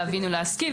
להבין ולהשכיל,